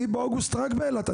אני באוגוסט רק באילת,